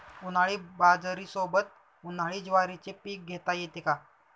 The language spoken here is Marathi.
उन्हाळी बाजरीसोबत, उन्हाळी ज्वारीचे पीक घेता येते का?